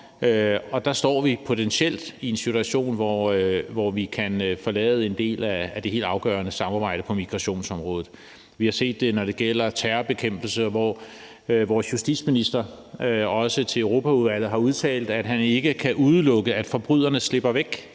og der står vi potentielt i en situation, hvor vi kan forlade en del af det helt afgørende samarbejde på migrationsområdet. Vi har set det, når det gælder terrorbekæmpelse, hvor vores justitsminister også til Europaudvalget har udtalt, at han ikke kan udelukke, at forbryderne slipper væk,